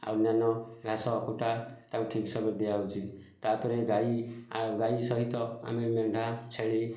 ଆଉ ଅନ୍ୟାନ୍ୟ ଘାସ କୁଟା ତାଙ୍କୁ ଠିକ୍ ସମୟରେ ଦିଆହେଉଛି ତାପରେ ଗାଈ ଆଉ ଗାଈ ସହିତ ଆମେ ମେଣ୍ଢା ଛେଳି